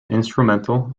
instrumental